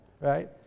right